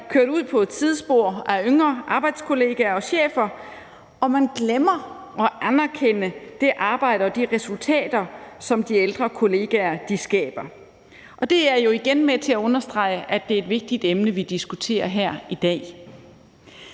kørt ud på et sidespor af yngre arbejdskolleger og chefer, og man glemmer at anerkende det arbejde og de resultater, som de ældre kolleger skaber. Det er jo igen med til at understrege, at det er et vigtigt emne, vi diskuterer her i dag.